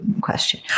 question